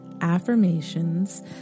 affirmations